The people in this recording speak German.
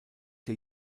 der